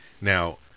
Now